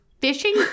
fishing